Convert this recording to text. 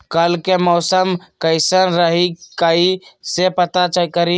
कल के मौसम कैसन रही कई से पता करी?